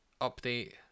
update